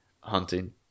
hunting